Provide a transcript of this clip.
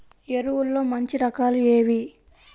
ఎరువుల్లో మంచి రకాలు ఏవి?